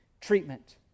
treatment